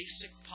basic